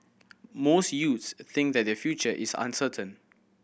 most youths a think that their future is uncertain